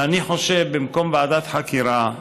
ואני חושב שבמקום ועדת חקירה,